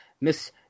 Miss